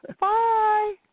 Bye